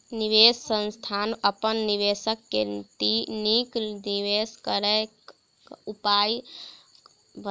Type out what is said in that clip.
निवेश संस्थान अपन निवेशक के नीक निवेश करय क उपाय बतौलक